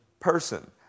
Person